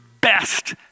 best